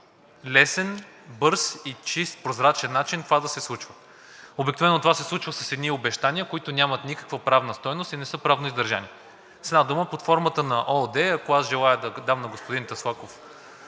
лесен, бърз, чист и прозрачен начин това да се случва. Обикновено това се случва с едни обещания, които нямат никаква правна стойност и не са правно издържани. С една дума – под формата на ООД, ако аз желая да дам на господин Таслаков